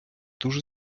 дуже